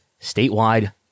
statewide